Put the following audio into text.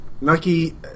Nucky